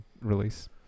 release